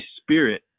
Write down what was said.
spirit